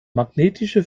magnetische